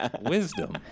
wisdom